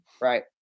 right